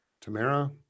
Tamara